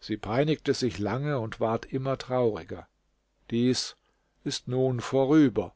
sie peinigte sich lange und ward immer trauriger dies ist nun vorüber